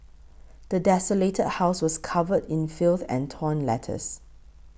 the desolated house was covered in filth and torn letters